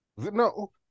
No